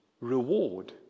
reward